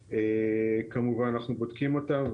אז כמובן אנחנו בודקים אותם,